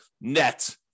net